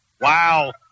wow